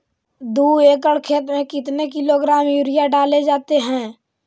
दू एकड़ खेत में कितने किलोग्राम यूरिया डाले जाते हैं?